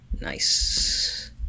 Nice